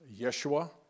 Yeshua